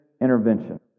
intervention